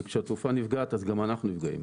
וכשתעופה נפגעת אז גם אנחנו נפגעים.